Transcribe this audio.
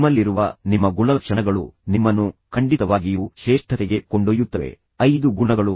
ನಿಮ್ಮಲ್ಲಿರುವ ನಿಮ್ಮ ಗುಣಲಕ್ಷಣಗಳು ನಿಮ್ಮನ್ನು ಖಂಡಿತವಾಗಿಯೂ ಶ್ರೇಷ್ಠತೆಗೆ ಕೊಂಡೊಯ್ಯುತ್ತವೆ 5 ಗುಣಗಳು 5 ಗುಣಲಕ್ಷಣಗಳು